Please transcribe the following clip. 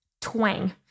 twang